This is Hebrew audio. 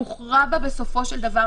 הוכרע בה בסופו של דבר,